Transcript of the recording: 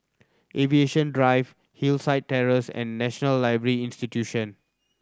Aviation Drive Hillside Terrace and National Library Institute